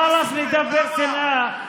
חלאס לדבר שנאה,